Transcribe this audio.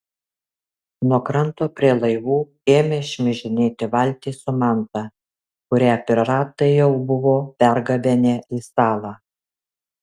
nuo kranto prie laivų ėmė šmižinėti valtys su manta kurią piratai jau buvo pergabenę į salą